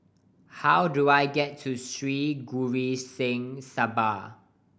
how do I get to Sri Guru Singh Sabha